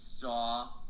saw